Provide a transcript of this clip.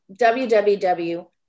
www